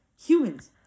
humans